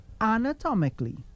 Anatomically